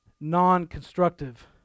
non-constructive